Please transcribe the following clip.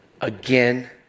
again